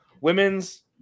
women's